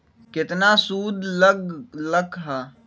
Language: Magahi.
केतना सूद लग लक ह?